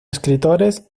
escritores